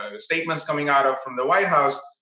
um statements coming out ah from the white house,